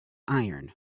iron